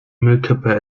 müllkippe